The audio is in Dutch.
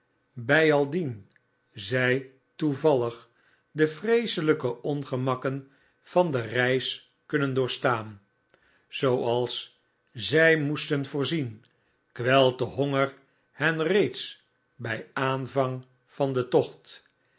bgaldien zij toevallig de vreeselgke ongemakken van de reis kunnen doorstaan zooals zg moesten voorzien kwelt de honger hen reeds bg den aanvang van den tocht